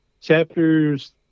chapters